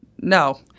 No